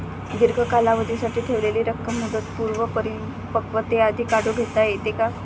दीर्घ कालावधीसाठी ठेवलेली रक्कम मुदतपूर्व परिपक्वतेआधी काढून घेता येते का?